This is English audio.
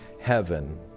heaven